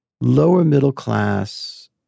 lower-middle-class